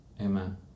amen